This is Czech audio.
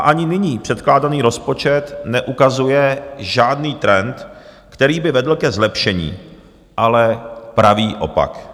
Ani nyní předkládaný rozpočet neukazuje žádný trend, který by vedl ke zlepšení, ale pravý opak.